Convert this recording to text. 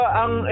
ang